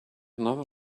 another